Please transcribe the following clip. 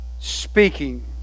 speaking